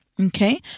Okay